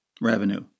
revenue